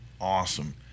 awesome